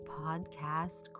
podcast